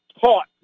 taught